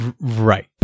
Right